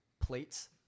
plates